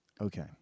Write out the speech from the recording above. Okay